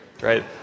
right